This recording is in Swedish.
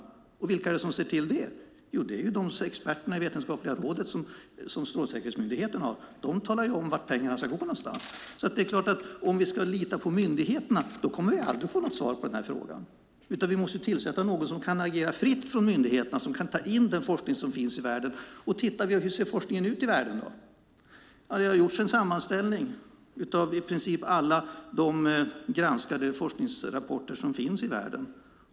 Och vilka är det som ser till det? Jo, det är experterna i Vetenskapliga rådet som Strålsäkerhetsmyndigheten har. De talar om vart pengarna ska gå. Om vi ska lita på myndigheterna kommer vi aldrig att få något svar på denna fråga. Vi måste tillsätta någon som kan agera fritt från myndigheterna och som kan ta in den forskning som finns i världen. Hur ser forskningen ut i världen? Det har gjorts en sammanställning av i princip alla de granskade forskningsrapporter som finns i världen.